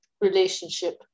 relationship